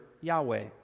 Yahweh